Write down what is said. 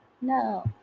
No